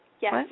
Yes